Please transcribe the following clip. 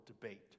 debate